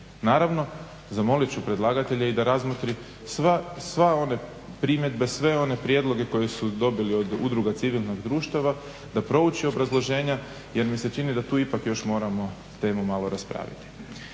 Naravno zamolit ću predlagatelja i da razmotri sve one primjedbe, sve one prijedloge koji su dobili od udruga civilnog društva da prouči obrazloženja jer mi se čini da tu ipak još moramo temu malo raspraviti.